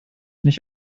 nicht